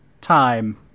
time